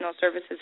services